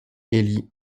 élie